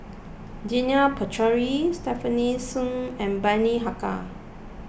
Janil Puthucheary Stefanie Sun and Bani Haykal